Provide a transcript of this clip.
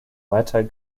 weiter